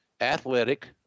athletic